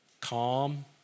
calm